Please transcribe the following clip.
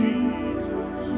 Jesus